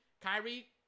Kyrie